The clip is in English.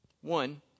One